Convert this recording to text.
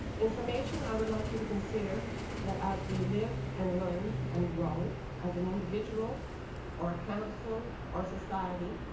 in summation i would like you to consider that as we live and learn and grow as an individual or a council or society,